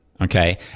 okay